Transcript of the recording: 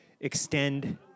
extend